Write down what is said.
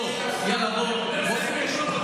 אדוני השר,